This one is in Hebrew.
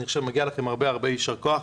אני חושב שמגיע לכם הרבה יישר כח.